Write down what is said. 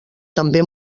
també